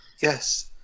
Yes